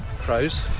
Crows